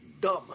dumb